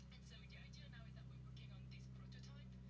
and so the idea now is that we are working on this prototype,